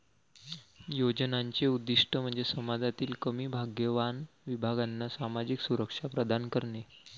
योजनांचे उद्दीष्ट म्हणजे समाजातील कमी भाग्यवान विभागांना सामाजिक सुरक्षा प्रदान करणे